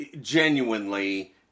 genuinely